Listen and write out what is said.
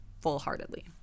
full-heartedly